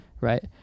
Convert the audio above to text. Right